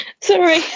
sorry